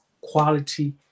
quality